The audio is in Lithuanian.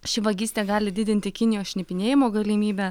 ši vagystė gali didinti kinijos šnipinėjimo galimybę